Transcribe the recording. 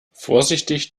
vorsichtig